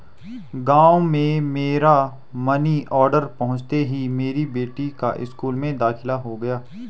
गांव में मेरा मनी ऑर्डर पहुंचते ही मेरी बेटी का स्कूल में दाखिला हो गया